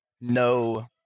no